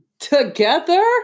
Together